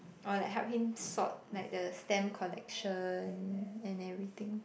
or like help him sort like the stamp collection and everything